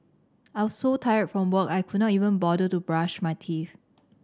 I was so tired from work I could not even bother to brush my teeth